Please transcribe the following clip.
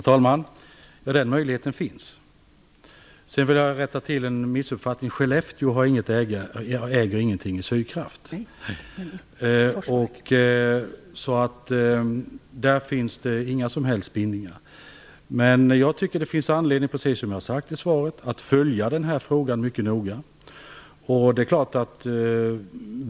Herr talman! Den möjligheten finns. Sedan vill jag rätta till en missuppfattning. Skellefteå äger ingenting i Sydkraft. Där finns det inga som helst bindningar. Jag tycker att det finns anledning att följa den här frågan mycket noga, precis som jag har sagt i svaret.